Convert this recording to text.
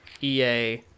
EA